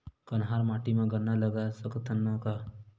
कन्हार माटी म गन्ना लगय सकथ न का?